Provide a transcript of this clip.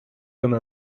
comme